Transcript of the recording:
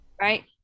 right